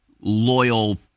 loyal